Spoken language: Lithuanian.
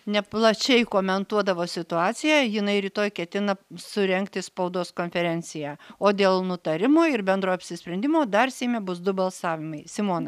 neplačiai komentuodavo situaciją jinai rytoj ketina surengti spaudos konferenciją o dėl nutarimo ir bendro apsisprendimo dar seime bus du balsavimai simona